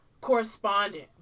correspondent